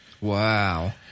Wow